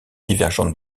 divergentes